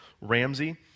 Ramsey